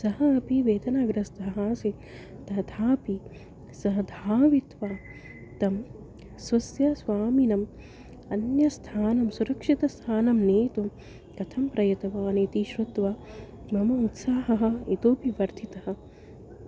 सः अपि वेदनाग्रस्तः आसीत् तथापि सः धावित्वा तं स्वस्य स्वामिनम् अन्यस्थानं सुरक्षितस्थानं नेतुं कथं प्रयतवान् इति श्रुत्वा मम उत्साहः इतोपि वर्धितः